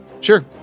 Sure